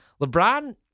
LeBron